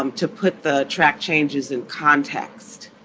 um to put the track changes in context